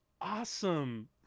awesome